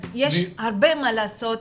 אז יש הרבה מה לעשות,